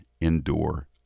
endure